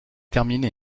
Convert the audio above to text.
terminé